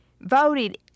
voted